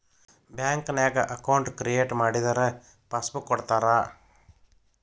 ಬ್ಯಾಂಕ್ನ್ಯಾಗ account create ಮಾಡಿದರ passbook ಕೊಡ್ತಾರಾ